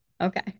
Okay